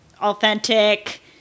authentic